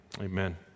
amen